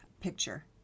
picture